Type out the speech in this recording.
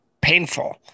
painful